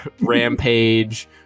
rampage